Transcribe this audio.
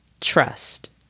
Trust